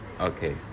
okay